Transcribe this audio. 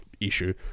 issue